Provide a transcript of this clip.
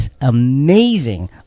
amazing